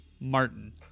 Martin